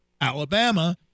Alabama